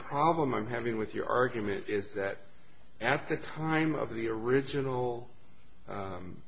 problem i'm having with your argument is that after a time of the original